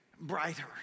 brighter